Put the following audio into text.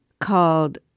called